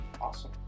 Awesome